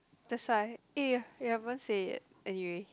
that's why eh you haven't say yet anyway